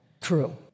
True